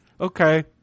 okay